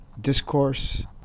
discourse